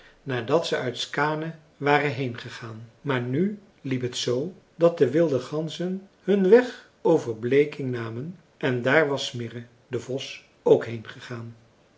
nadat ze uit skaane waren heengegaan maar nu liep het zoo dat de wilde ganzen hun weg over bleking namen en daar was smirre de vos ook